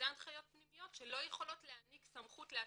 אלה הנחיות פנימיות שלא יכולות להעניק סמכות לעצמם.